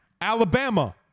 Alabama